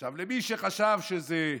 עכשיו, למי שחשב שזה מטפורי,